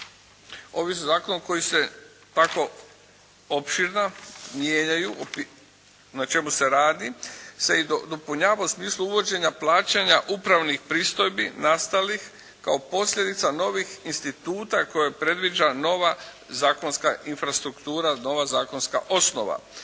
ovim zakonom kojim se tako opširna mijenjaju na čemu se radi se i dopunjava u smislu uvođenja plaćanja upravnih pristojbi nastalih kao posljedica novih instituta koje predviđa nova zakonska infrastruktura, nova zakonska osnova.